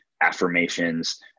affirmations